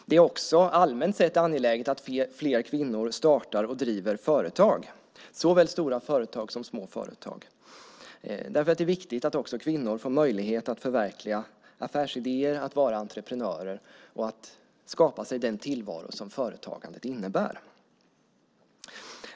Det är också allmänt sett angeläget att fler kvinnor startar och driver företag, såväl stora som små. Det är viktigt att också kvinnor får möjlighet att förverkliga affärsidéer, att vara entreprenörer och att skapa sig den tillvaro som företagandet innebär.